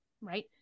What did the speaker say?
right